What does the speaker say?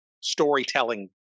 storytelling